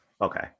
Okay